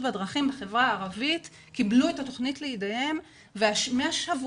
בדרכים בחברה הערבית קיבלו את התכנית לידיהם ומהשבוע,